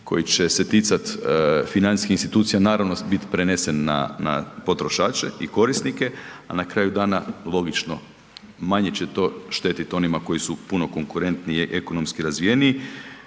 koji će se ticati financijskih institucija naravno biti prenesen na potrošače i korisnike, a na kraju dana logično manje će to štetiti onima koji su puno konkurentniji, ekonomski razvijeniji.